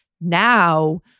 Now